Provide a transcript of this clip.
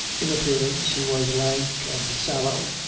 in appearance he was lank and sallow,